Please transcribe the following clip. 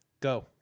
Go